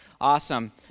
Awesome